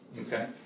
Okay